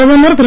பிரதமர் திரு